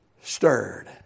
stirred